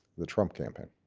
the trump campaign.